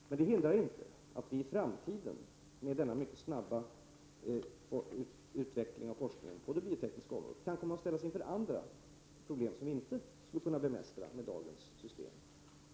Men detta hindrar inte att vi i framtiden med tanke på den mycket snabba utvecklingen av forskningen på det biotekniska området kan komma att ställas inför problem som vi inte kan bemästra med dagens system.